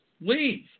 leave